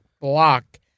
block